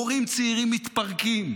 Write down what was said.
הורים צעירים מתפרקים,